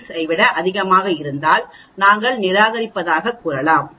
746 ஐ விட அதிகமாக இருந்தால் நாங்கள் நிராகரிப்பதாகக் கூறலாம்